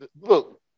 Look